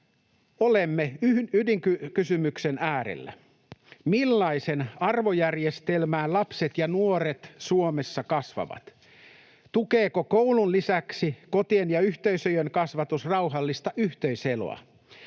Olemme ydinkysymyksen äärellä: Millaiseen arvojärjestelmään lapset ja nuoret Suomessa kasvavat? Tukeeko koulun lisäksi kotien ja yhteisöjen kasvatus rauhallista yhteis-eloa?